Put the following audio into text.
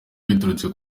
biturutse